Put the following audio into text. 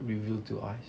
reveal to us